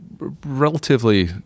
relatively